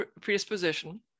predisposition